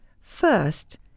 First